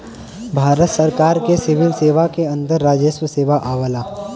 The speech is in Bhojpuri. भारत सरकार के सिविल सेवा के अंदर राजस्व सेवा आवला